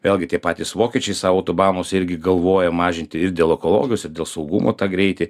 vėlgi tie patys vokiečiai savo autobamuose irgi galvoja mažinti ir dėl ekologijos ir dėl saugumo tą greitį